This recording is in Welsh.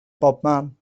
bobman